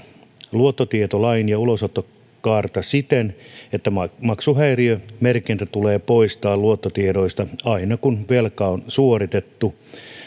luottotietolakia ja ulosottokaarta siten että maksuhäiriömerkintä tulee poistaa luottotiedoista aina kun velka suoritettu